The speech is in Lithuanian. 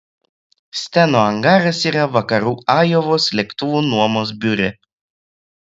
steno angaras yra vakarų ajovos lėktuvų nuomos biure